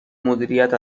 مدیریت